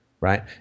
right